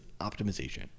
optimization